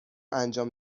انجام